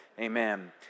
amen